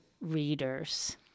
readers